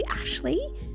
ashley